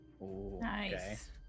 Nice